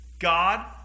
God